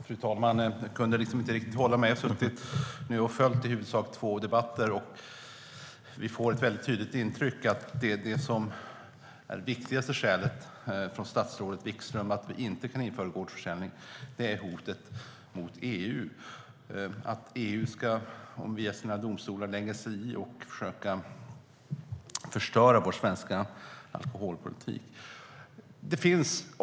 Fru talman! Jag kunde inte riktigt hålla mig. Jag har suttit här och följt två debatter, och vi får ett tydligt intryck av att statsrådet Wikström anser att det viktigaste skälet till att inte införa gårdsförsäljning är hotet från EU, det vill säga att EU:s domstolar ska lägga sig i och försöka förstöra vår svenska alkoholpolitik.